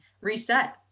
reset